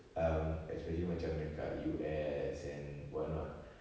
um especially macam dekat U_S and what not